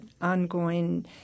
ongoing